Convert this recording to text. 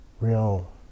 real